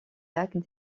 lacs